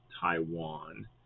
Taiwan